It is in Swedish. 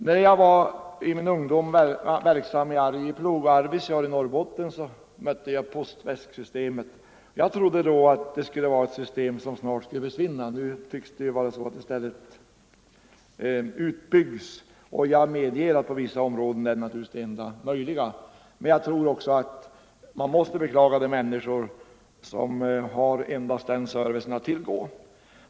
När jag i min ungdom var verksam i Arjeplog och Arvidsjaur i Norrbotten mötte jag postväsksystemet. Jag trodde då att det var ett system som snart skulle försvinna. Nu tycks det i stället byggas ut. Jag medger att det på vissa områden naturligtvis är det enda möjliga. Men jag tror också att man måste beklaga de människor som endast har den servicen att tillgå.